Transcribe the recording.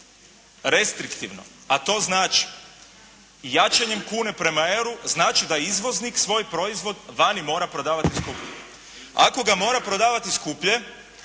restriktivno, a to znači jačanjem kune prema euru znači da izvoznik svoj proizvod vani mora prodavati skuplje. Ako ga mora prodavati skuplje